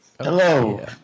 Hello